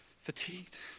fatigued